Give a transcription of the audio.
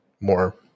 more